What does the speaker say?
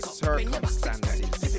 circumstances